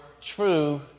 true